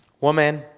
woman